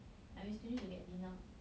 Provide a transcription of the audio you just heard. and we still need to get dinner